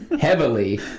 heavily